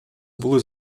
були